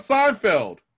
Seinfeld